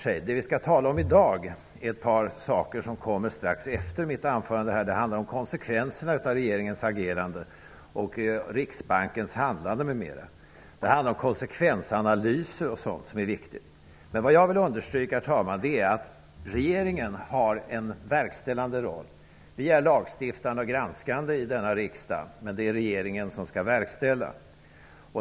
Det vi skall tala om i dag är ett par saker som kommer att behandlas strax efter mitt anförande. Det handlar om konsekvenserna av regeringens agerande och Riksbankens handlande m.m. Det gäller konsekvensanalyser och annat som är viktigt. Herr talman! Jag vill understryka att regeringen har en verkställande roll. Vi är lagstiftande och granskande i denna riksdag, men det är regeringen som skall verkställa.